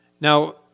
Now